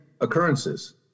occurrences